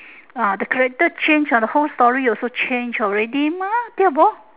ah the character change ah the whole story also change already mah tio bo